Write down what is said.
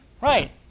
Right